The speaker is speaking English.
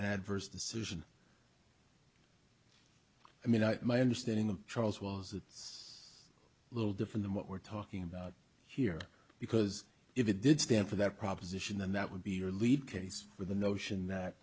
adverse decision i mean my understanding of charles was that it's a little different than what we're talking about here because if it did stand for that proposition then that would be your lead case with the notion that